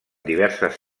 diverses